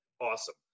awesome